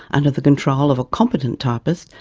under the control of a competent typist,